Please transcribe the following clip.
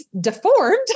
deformed